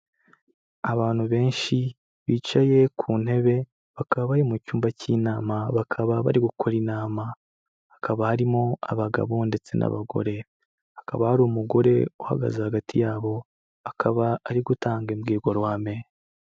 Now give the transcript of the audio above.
Abantu benshi bicaye ku ntebe, bakaba bari mu cyumba cy'inama, bakaba bari gukora inama, hakaba harimo abagabo ndetse n'abagore, hakaba hari umugore uhagaze hagati yabo, akaba ari gutanga imbwirwaruhame.